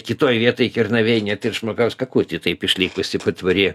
kitoje vietoj kernavėj net ir žmogaus kakutį taip išlikusį patvory